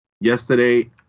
yesterday